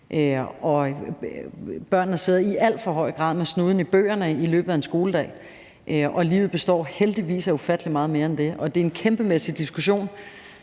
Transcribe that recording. Børn sidder i alt for høj grad med snuden i bøgerne i løbet af en skoledag, og livet består heldigvis af ufattelig meget mere end det, og det er en kæmpemæssig diskussion,